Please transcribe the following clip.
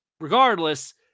regardless